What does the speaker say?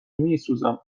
میسوزم